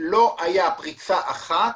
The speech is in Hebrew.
לא הייתה פריצה אחת